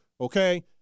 okay